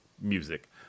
music